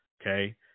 okay